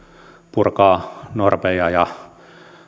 purkaa normeja ja